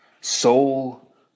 soul